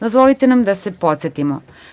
Dozvolite nam da se podsetimo.